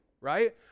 right